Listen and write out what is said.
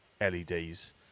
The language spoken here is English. LEDs